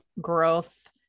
Growth